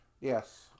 Yes